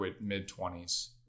mid-20s